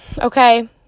Okay